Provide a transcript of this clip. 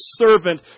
servant